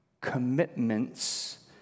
commitments